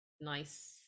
nice